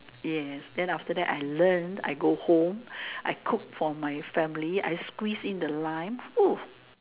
yes then after that I learned I go home I cook for my family I squeeze in the lime !oof!